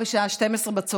מחר בשעה 12:00,